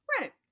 Right